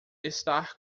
estar